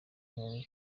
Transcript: umuyobozi